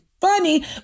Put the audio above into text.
funny